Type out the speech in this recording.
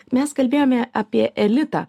mes kalbėjome apie elitą